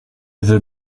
veux